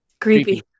Creepy